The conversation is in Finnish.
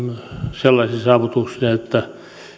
sellaisin saavutuksin että